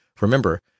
Remember